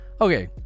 okay